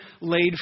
laid